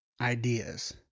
ideas